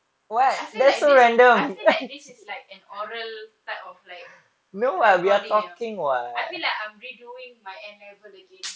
I feel like this I feel like this is like an oral type of like recording you know I feel like I'm redoing my A level again